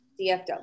DFW